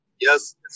yes